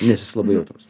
nes jis labai jautrus